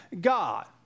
God